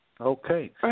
Okay